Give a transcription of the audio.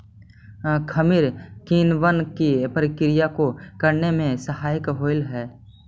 खमीर किणवन की प्रक्रिया को करने में सहायक होवअ हई